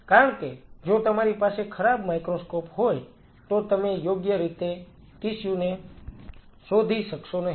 કારણ કે જો તમારી પાસે ખરાબ માઇક્રોસ્કોપ હોય તો તમે યોગ્ય રીતે ટીસ્યુ ને શોધી શકશો નહીં